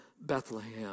Bethlehem